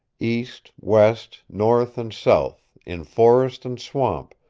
east, west, north and south, in forest and swamp,